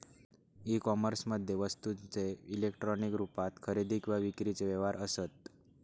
E कोमर्समध्ये वस्तूंचे electronic रुपात खरेदी किंवा विक्रीचे व्यवहार असत